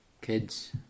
Kids